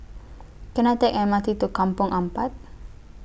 Can I Take The M R T to Kampong Ampat